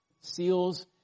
seals